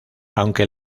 aunque